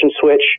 switch